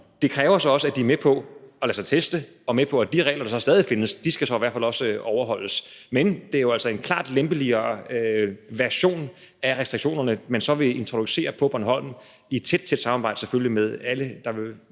også kræver, at de er med på at lade sig teste og med på, at de regler, der stadig findes, så i hvert fald også skal overholdes. Men det er jo altså en klart lempeligere version af restriktionerne, man så vil introducere på Bornholm – i et tæt, tæt samarbejde selvfølgelig med alle lokale